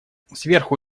сверху